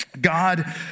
god